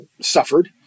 suffered